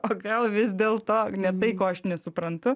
o gal vis dėlto ne tai ko aš nesuprantu